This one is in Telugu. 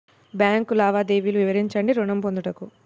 బ్యాంకు లావాదేవీలు వివరించండి ఋణము పొందుటకు?